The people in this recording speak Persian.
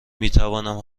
میتوانم